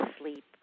sleep